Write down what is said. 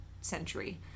century